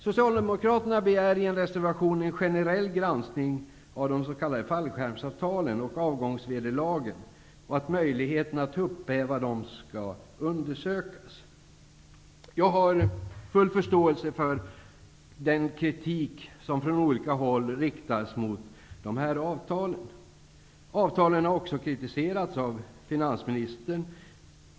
Socialdemokraterna begär i en reservation en generell granskning av de s.k. fallskärmsavtalen och avgångsvederlagen och att möjligheten att upphäva dem skall undersökas. Jag har full förståelse för den kritik som från olika håll riktas mot dessa avtal. Avtalen har också kritiserats av finansministern.